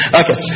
okay